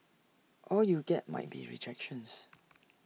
all you get might be rejections